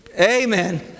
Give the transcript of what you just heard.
amen